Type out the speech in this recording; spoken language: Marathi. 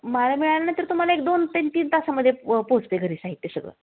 माळ्या मिळाल्या नाही तर तुम्हाला एक दोन ते तीन तासामध्ये पोचते घरी साहित्य सगळं